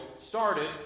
started